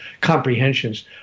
comprehensions